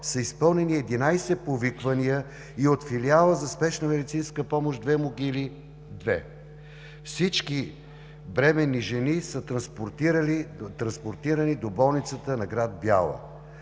са изпълнени 11 повиквания и от филиала за спешна медицинска помощ в Две могили – 2. Всички бременни жени са транспортирани до болницата на град Бяла.